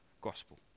gospel